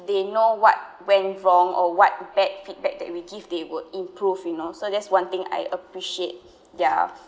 they know what went wrong or what bad feedback that we give they would improve you know so that's one thing I appreciate their